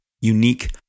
unique